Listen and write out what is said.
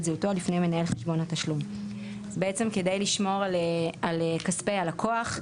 זהותו לפני מנהל חשבון התשלום."; בעצם כדי לשמור על כספי הלקוח,